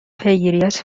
پیگیریات